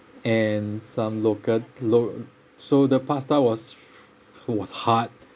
and some local lo~ so the pasta was was hard